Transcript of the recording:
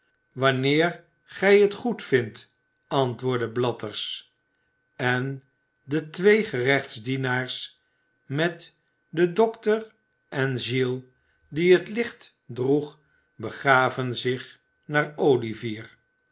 wanneer gij het goedvindt antwoordde blathers en de twee gerechtsdienaars met den dokter en giles die het licht droeg begaven zich naar